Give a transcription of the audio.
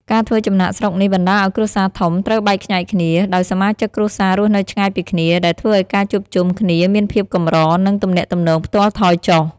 ការធ្វើចំណាកស្រុកនេះបណ្ដាលឱ្យគ្រួសារធំត្រូវបែកខ្ញែកគ្នា ដោយសមាជិកគ្រួសាររស់នៅឆ្ងាយពីគ្នា ដែលធ្វើឱ្យការជួបជុំគ្នាមានភាពកម្រ និងទំនាក់ទំនងផ្ទាល់ថយចុះ។